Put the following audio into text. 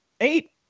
Eight